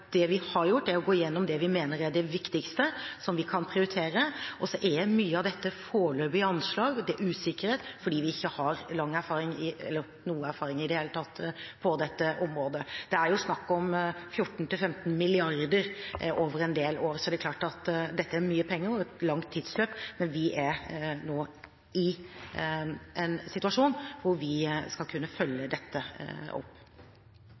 Det vi har gjort, er å gå gjennom det vi mener er det viktigste som vi kan prioritere, og så er mye av dette foreløpige anslag, og det er usikkerhet fordi vi ikke har noe erfaring i det hele tatt på dette området. Det er jo snakk om 14 mrd.–15 mrd. kr over en del år, så det er klart at dette er mye penger og et langt tidsløp, men vi er nå i en situasjon hvor vi skal kunne følge dette opp.